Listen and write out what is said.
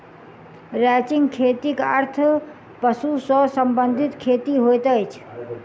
ranching खेतीक अर्थ पशु सॅ संबंधित खेती होइत अछि